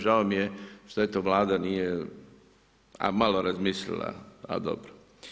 Žao mi je što eto Vlada nije, a malo razmislila, al dobro.